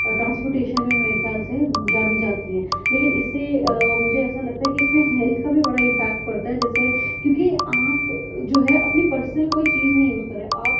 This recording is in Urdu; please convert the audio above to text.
ٹرانسپوٹیشن میں میرے کھیال سے جانی جاتی ہیں لیکن اس سے مجھے ایسا لگتا ہے کہ اس میں ہیلتھ کا بھی بڑا امپیکٹ پرتا ہے جیسے کیونکہ آپ جو ہے اپنی پرسنل کوئی چیز نہیں یوز کر رہے ہیں آپ